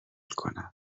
کنم